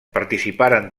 participaren